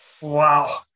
Wow